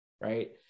right